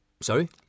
Sorry